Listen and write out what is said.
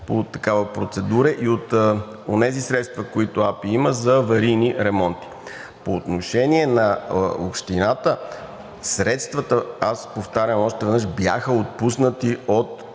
по такава процедура и от онези средства, които АПИ има за аварийни ремонти. По отношение на общината, повтарям още веднъж – средствата бяха отпуснати от